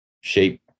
shape